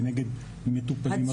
כנגד מטופלים אחרים,